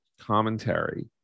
commentary